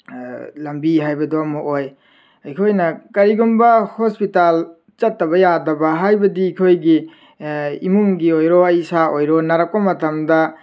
ꯂꯝꯕꯤ ꯍꯥꯏꯕꯗꯣ ꯑꯃꯨꯛ ꯑꯣꯏ ꯑꯩꯈꯣꯏꯅ ꯀꯔꯤꯒꯨꯝꯕ ꯍꯣꯁꯄꯤꯇꯥꯜ ꯆꯠꯇꯕ ꯌꯥꯗꯕ ꯍꯥꯏꯕꯗꯤ ꯑꯩꯈꯣꯏꯒꯤ ꯏꯃꯨꯡꯒꯤ ꯑꯣꯏꯔꯣ ꯑꯩ ꯏꯁꯥ ꯑꯣꯏꯔꯣ ꯅꯥꯔꯛꯄ ꯃꯇꯝꯗ